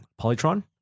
Polytron